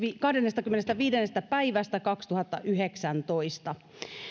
kahdennestakymmenennestäviidennestä päivästä kaksituhattayhdeksäntoista